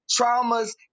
traumas